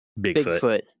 Bigfoot